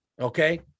okay